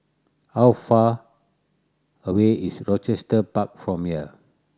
how far away is Rochester Park from here